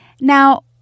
now